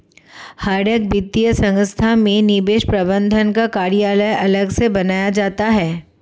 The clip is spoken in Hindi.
हर एक वित्तीय संस्था में निवेश प्रबन्धन का कार्यालय अलग से बनाया जाता है